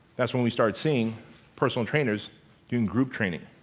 that's when we started seeing personal trainers doing group training.